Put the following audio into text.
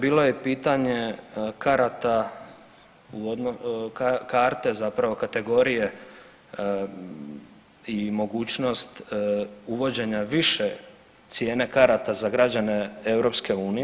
Bilo je pitanje karata, karte zapravo kategorije i mogućnost uvođenja više cijene karata za građane EU.